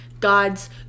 god's